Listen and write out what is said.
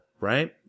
right